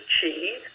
cheese